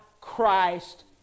Christ